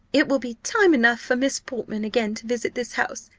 it will be time enough for miss portman again to visit this house,